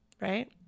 right